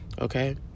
Okay